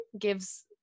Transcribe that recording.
gives